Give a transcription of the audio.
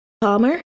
Palmer